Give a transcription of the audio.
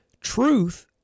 Truth